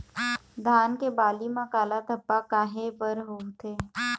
धान के बाली म काला धब्बा काहे बर होवथे?